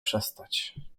przestać